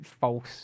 false